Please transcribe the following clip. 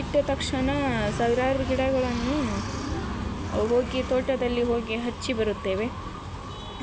ಇಟ್ಟ ತಕ್ಷಣ ಸಾವಿರಾರು ಗಿಡಗಳನ್ನು ಹೋಗಿ ತೋಟದಲ್ಲಿ ಹೋಗಿ ಹಚ್ಚಿ ಬರುತ್ತೇವೆ